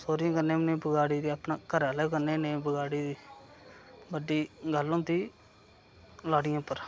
सौह्रिये कन्नै बी नी बगाड़ी दी अपने घरआह्ले कन्नै बी नेईं बगाड़ी दी बड्डी गल्ल होंदी लाड़ियें उप्पर